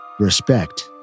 respect